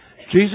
Jesus